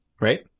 right